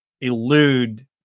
elude